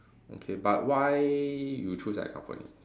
okay but why you choose that company